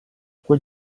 quel